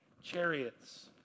Chariots